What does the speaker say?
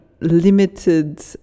limited